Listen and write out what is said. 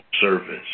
service